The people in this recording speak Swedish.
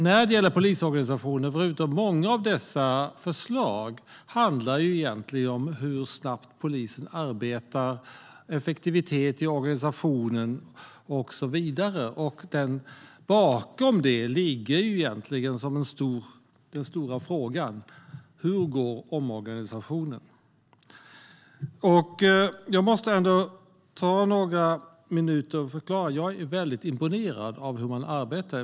När det gäller polisorganisationen handlar många av dessa förslag egentligen om hur snabbt polisen arbetar, om effektivitet i organisationen och så vidare. Bakom det ligger egentligen den stora frågan: Hur går omorganisationen? Jag måste ändå ta några minuter och förklara. Jag är väldigt imponerad av hur man arbetar.